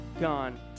gone